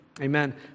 Amen